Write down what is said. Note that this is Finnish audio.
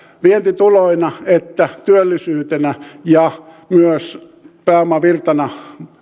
vientituloina että työllisyytenä ja myös pääomavirtana